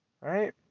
Right